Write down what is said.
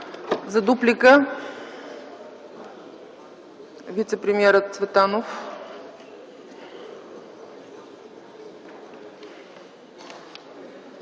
За дуплика – вицепремиерът Цветанов.